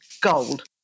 gold